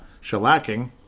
shellacking